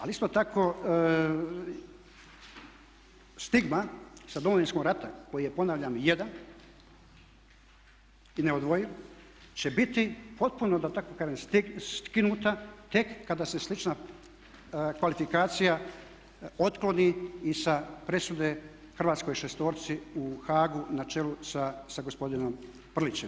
Ali isto tako stigma sa Domovinskog rata koji je ponavljam jedan i neodvojiv će biti potpuno da tako kažem skinuta tek kada se slična kvalifikacija otkloni i sa presude hrvatskoj šestorci u Haagu na čelu sa gospodinom Prlićem.